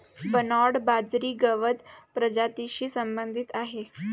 Bernard बाजरी गवत प्रजातीशी संबंधित आहे